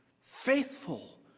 faithful